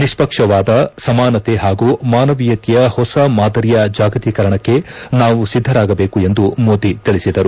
ನಿಷ್ಣಕ್ಷವಾದ ಸಮಾನತೆ ಪಾಗೂ ಮಾನವೀಯತೆಯ ಹೊಸ ಮಾದರಿಯ ಜಾಗತೀಕರಣಕ್ಕೆ ನಾವು ಸಿದ್ಧರಾಗಬೇಕು ಎಂದು ಮೋದಿ ತಿಳಿಸಿದರು